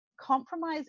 compromise